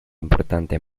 importante